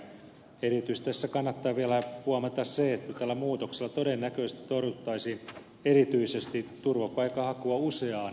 erityisesti tässä kannattaa vielä huomata se että tällä muutoksella todennäköisesti torjuttaisiin erityisesti turvapaikanhakua useaan kertaan peräkkäin